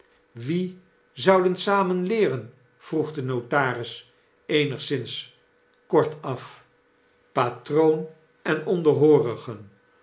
wie zouden samen leeren vroeg de notaris eenigszins kortaf patroon en